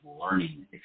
learning